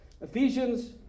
Ephesians